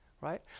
right